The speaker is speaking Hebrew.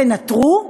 תנטרו,